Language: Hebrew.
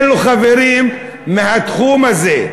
אין לו חברים מהתחום הזה.